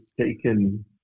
taken